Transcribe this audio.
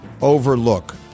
overlook